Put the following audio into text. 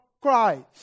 Christ